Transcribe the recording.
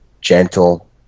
gentle